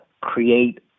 create